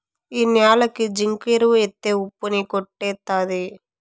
ఈ న్యాలకి జింకు ఎరువు ఎత్తే ఉప్పు ని కొట్టేత్తది